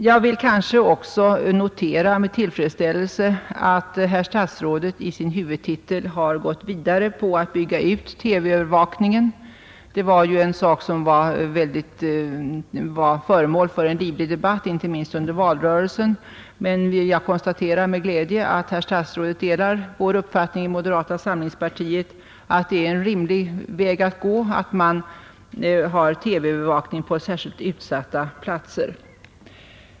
Jag vill också med tillfredsställelse notera att herr statsrådet i sin huvudtitel har gått vidare på tanken att bygga ut TV-övervakningen. Detta är ju en sak som varit föremål för livlig debatt, inte minst under valrörelsen, men jag konstaterar nu med glädje att herr statsrådet delar den uppfattning vi inom moderata samlingspartiet hyser, att detta är en rimlig väg att gå och att man bör ha TV-övervakning på särskilt utsatta platser.